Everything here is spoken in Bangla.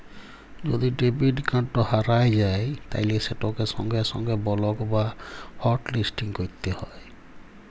যদি ডেবিট কাড়ট হারাঁয় যায় তাইলে সেটকে সঙ্গে সঙ্গে বলক বা হটলিসটিং ক্যইরতে হ্যয়